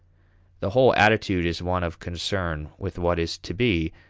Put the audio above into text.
the whole attitude is one of concern with what is to be,